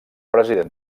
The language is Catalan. president